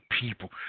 people